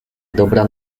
dobra